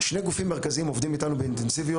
שני גופים מרכזיים עובדים איתנו באינטנסיביות